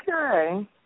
Okay